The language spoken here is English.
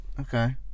Okay